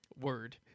Word